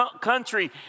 country